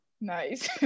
Nice